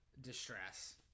distress